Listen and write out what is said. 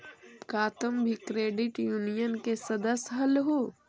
का तुम भी क्रेडिट यूनियन के सदस्य हलहुं?